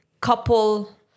couple